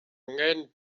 angen